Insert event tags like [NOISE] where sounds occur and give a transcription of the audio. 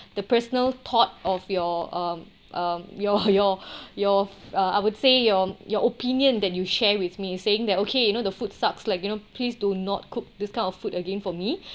the personal thought of your um your your [BREATH] your uh I would say your your opinion that you share with me saying that okay you know the food sucks like you know please do not cook this kind of food again for me [BREATH]